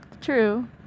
True